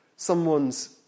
someone's